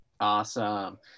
Awesome